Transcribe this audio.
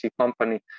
company